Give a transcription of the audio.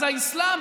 אז האסלאם.